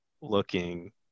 looking